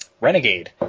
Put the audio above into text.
Renegade